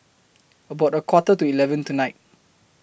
about A Quarter to eleven tonight